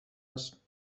است